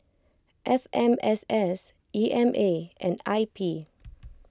F M S S E M A and I P